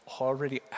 already